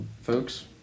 Folks